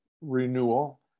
renewal